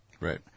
Right